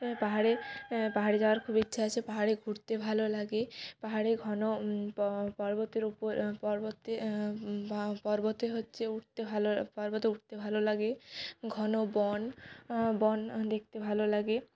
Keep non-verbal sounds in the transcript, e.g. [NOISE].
এ পাহাড়ে পাহাড়ে যাওয়ার খুব ইচ্ছে আছে পাহাড়ে ঘুরতে ভালো লাগে পাহাড়ে ঘন পর্বতের উপরে পর্বতে [UNINTELLIGIBLE] পর্বতে হচ্ছে উঠতে ভালো পর্বতে উঠতে ভালো লাগে ঘন বন বন দেখতে ভালো লাগে